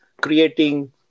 creating